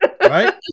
Right